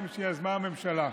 2022, שיזמה הממשלה.